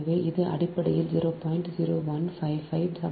எனவே இது அடிப்படையில் 0